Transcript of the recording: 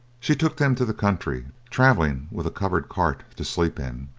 she took them to the country, travelling with a covered cart to sleep in.